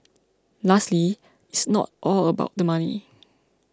lastly it's not all about the money